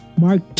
Mark